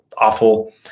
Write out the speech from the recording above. awful